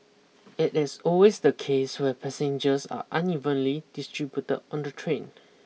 it is always the case where passengers are unevenly distributed on the train